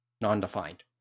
non-defined